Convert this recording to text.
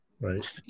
Right